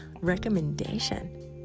recommendation